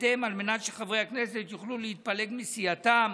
על מנת שחברי הכנסת יוכלו להתפלג מסיעתם